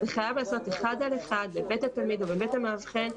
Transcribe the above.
זה חייב להיעשות אחד על אחד בבית התלמיד או בבית המאבחן,